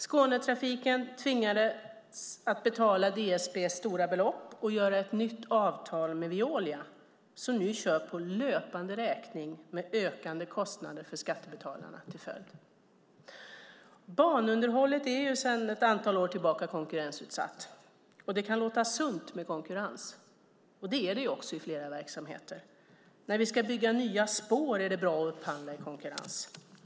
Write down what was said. Skånetrafiken tvingades att betala DSB stora belopp och göra ett nytt avtal med Veolia som nu kör på löpande räkning med ökande kostnader för skattebetalarna till följd. Banunderhållet är sedan ett antal år tillbaka konkurrensutsatt. Det kan låta sunt med konkurrens. Det är det också i flera verksamheter. När vi ska bygga nya spår är det bra att upphandla i konkurrens.